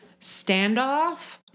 standoff